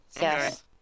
Yes